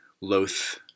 loath